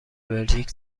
بلژیک